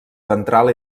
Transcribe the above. ventral